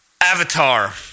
avatar